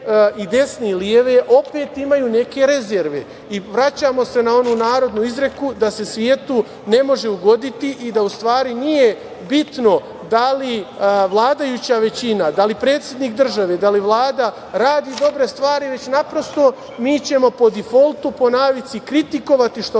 i desne i leve, opet imaju neke rezerve i vraćamo se na onu narodnu izreku da se svetu ne može ugoditi i da u stvari nije bitno da li vladajuća većina, da li predsednik države, da li Vlada radi dobre stvari, već, naprosto, mi ćemo po difoltu, po navici kritikovati što